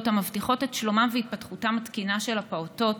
המבטיחות את שלומם והתפתחותם התקינה של הפעוטות,